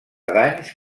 danys